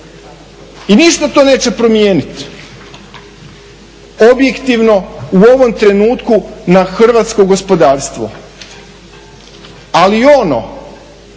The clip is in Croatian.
i ništa to neće promijeniti, objektivno u ovom trenutku na hrvatsko gospodarstvo. Ali ono